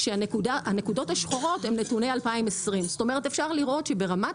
כשהנקודות השחורות הן נתוני 2020. אפשר לראות שברמת